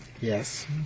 Yes